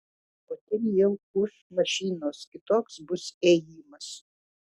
o ten jau ūš mašinos kitoks bus ėjimas